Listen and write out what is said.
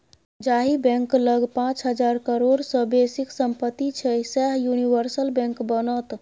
जाहि बैंक लग पाच हजार करोड़ सँ बेसीक सम्पति छै सैह यूनिवर्सल बैंक बनत